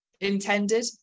intended